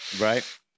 Right